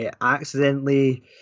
accidentally